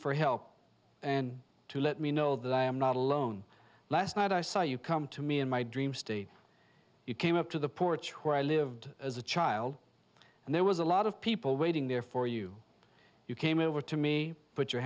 for help and to let me know that i am not alone last night i saw you come to me in my dream state you came up to the porch where i lived as a child and there was a lot of people waiting there for you you came over to me put your